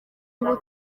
ngo